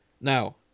Now